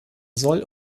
soll